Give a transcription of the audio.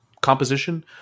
composition